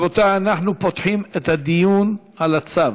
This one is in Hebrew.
רבותי, אנחנו פותחים את הדיון על הצו.